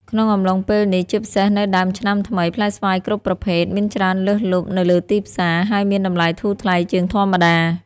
ក្នុងអំឡុងពេលនេះ ជាពិសេសនៅដើមឆ្នាំថ្មី ផ្លែស្វាយគ្រប់ប្រភេទមានច្រើនលើសលប់នៅលើទីផ្សារ ហើយមានតម្លៃធូរថ្លៃជាងធម្មតា។